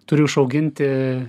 turi išauginti